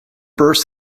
births